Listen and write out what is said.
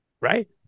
Right